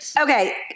okay